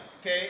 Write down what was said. okay